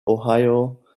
ohio